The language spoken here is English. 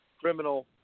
criminal